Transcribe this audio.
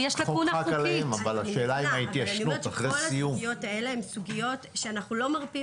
כל הסוגיות האלה הן סוגיות שאנחנו לא מרפים